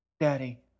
Daddy